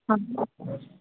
हा